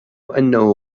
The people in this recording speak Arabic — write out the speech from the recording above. أنه